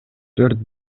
төрт